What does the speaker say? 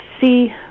see